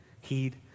heed